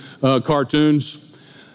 cartoons